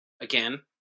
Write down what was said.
Again